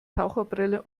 taucherbrille